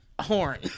Horn